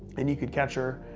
and you could catch her.